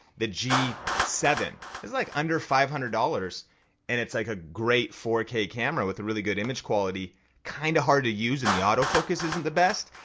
the g seven it's like under five hundred dollars and it's like a great four k camera with a really good image quality kind of hard to use and the autofocus isn't the best,